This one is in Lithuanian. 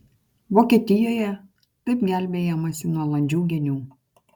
vokietijoje taip gelbėjamasi nuo landžių genių